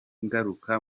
ngaruka